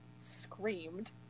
screamed